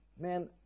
man